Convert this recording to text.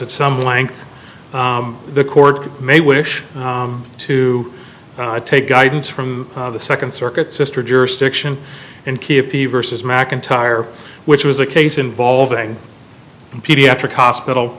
at some length the court may wish to take guidance from the second circuit sister jurisdiction and keep the versus mcentire which was a case involving a pediatric hospital